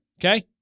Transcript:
Okay